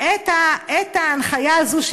את ההנחיה הזאת,